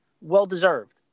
well-deserved